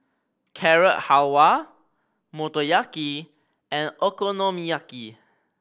Carrot Halwa Motoyaki and Okonomiyaki